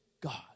God